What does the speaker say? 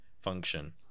function